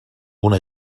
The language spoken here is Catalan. una